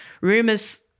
Rumors